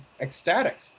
ecstatic